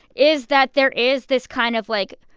is that there is this kind of, like,